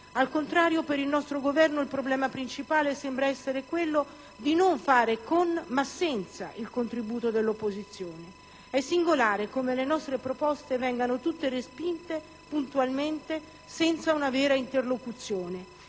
Al contrario, per il nostro Governo il problema principale sembra essere quello non di fare "con" ma "senza" il contributo dell'opposizione. È singolare come le nostre proposte vengano puntualmente tutte respinte, senza una vera interlocuzione.